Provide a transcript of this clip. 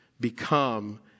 become